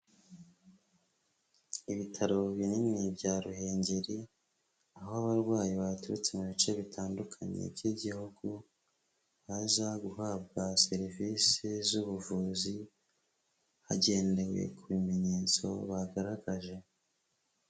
Ibitaro binini bya Ruhengeri, aho abarwayi baturutse mu bice bitandukanye by'igihugu baza guhabwa serivise z'ubuvuzi, hagendewe ku bimenyetso bagaragaje.